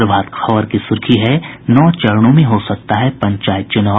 प्रभात खबर की सुर्खी है नौ चरणों में हो सकता है पंचायत चुनाव